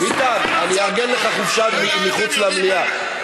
ביטן, אני אארגן לך חופשה מחוץ למליאה.